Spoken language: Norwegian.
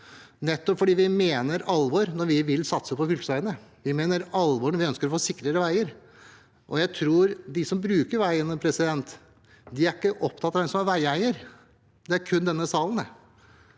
nettopp fordi vi mener alvor når vi vil satse på fylkesveiene. Vi mener alvor når vi ønsker å få sikrere veier. Jeg tror at de som bruker veiene, ikke er opptatt av hvem som er veieier. Det er kun denne salen og